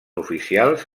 oficials